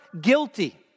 guilty